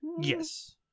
Yes